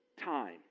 time